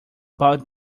about